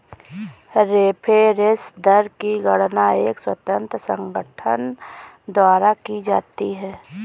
reference दर की गणना एक स्वतंत्र संगठन द्वारा की जाती है